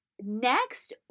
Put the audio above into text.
next